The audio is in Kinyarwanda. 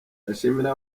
ndashimira